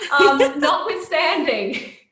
notwithstanding